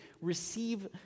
receive